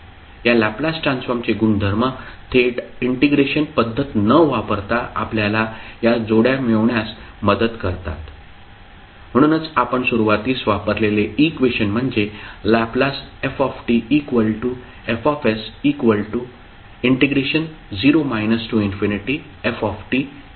या लॅपलास ट्रान्सफॉर्मचे गुणधर्म थेट इंटिग्रेशन पद्धत न वापरता आपल्याला ह्या जोड्या मिळविण्यास मदत करतात म्हणूनच आपण सुरुवातीस वापरलेले इक्वेशन म्हणजे LfFs0 fe stdt आहे